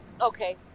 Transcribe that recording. okay